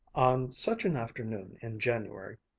on such an afternoon in january,